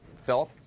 Philip